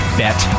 bet